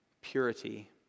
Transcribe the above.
purity